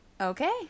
Okay